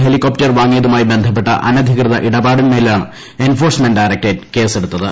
helicopter വാങ്ങിയതുമായി ബന്ധപ്പെട്ട അനധികൃത ഇടപാടിന്മേലാണ് എൻഫോഴ്സ്മെന്റ് ഡയറക്ട്റേറ്റ് കേസെടുത്തത്